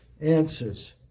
answers